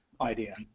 idea